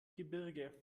gebirge